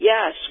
Yes